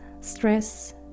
stress